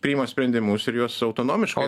priima sprendimus ir jos autonomiškai